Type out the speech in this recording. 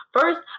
first